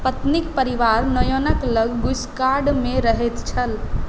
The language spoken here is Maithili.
पत्नीक परिवार नोयोनक लग गुइसकार्ड मे रहैत छल